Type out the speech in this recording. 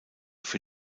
für